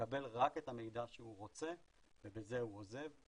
מקבל רק את המידע שהוא רוצה ובזה הוא עוזב.